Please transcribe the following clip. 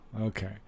Okay